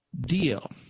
deal